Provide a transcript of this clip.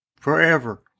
forever